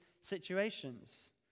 situations